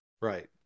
right